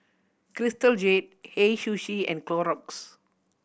Crystal Jade Hei Sushi and Clorox